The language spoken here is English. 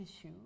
issue